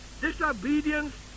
disobedience